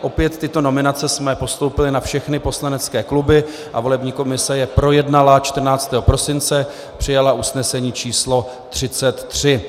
Opět tyto nominace jsme postoupili na všechny poslanecké kluby a volební komise je projednala 14. prosince a přijala usnesení číslo 33.